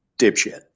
dipshit